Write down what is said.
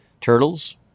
Turtles